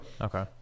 okay